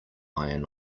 iron